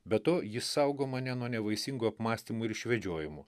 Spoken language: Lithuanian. be to jis saugo mane nuo nevaisingų apmąstymų ir išvedžiojimų